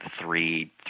three